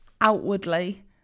outwardly